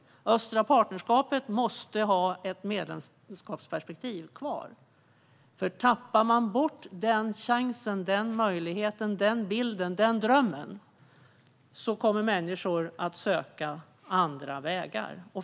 Östliga partnerskapet måste ha ett medlemskapsperspektiv kvar. Tappar man bort den chansen, den möjligheten, den bilden och den drömmen kommer människor att söka andra vägar.